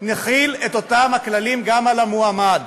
נחיל את אותם הכללים גם על המועמד